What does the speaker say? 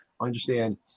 understand